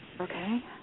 Okay